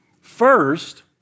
First